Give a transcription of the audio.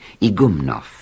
Igumnov